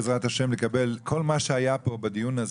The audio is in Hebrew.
בעזרת השם כל מה שהיה בדיון הזה,